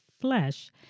flesh